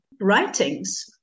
writings